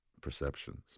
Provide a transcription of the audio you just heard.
perceptions